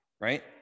right